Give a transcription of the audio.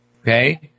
okay